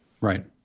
right